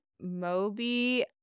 Moby